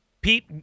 Pete